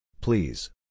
Please